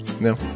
No